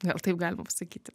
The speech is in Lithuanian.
gal taip galima pasakyti